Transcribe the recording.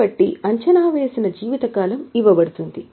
కాబట్టి అంచనా వేసిన జీవిత కాలం ఇవ్వబడుతుంది